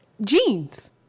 Jeans